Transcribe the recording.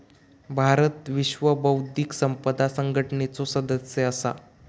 भारत विश्व बौध्दिक संपदा संघटनेचो सदस्य असा